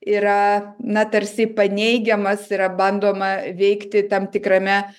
yra na tarsi paneigiamas yra bandoma veikti tam tikrame